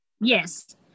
yes